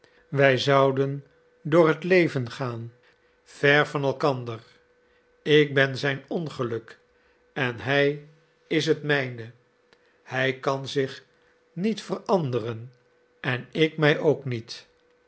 wij zouden door het leven gaan ver van elkander ik ben zijn ongeluk en hij is het mijne hij kan zich niet veranderen en ik mij ook niet